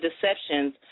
deceptions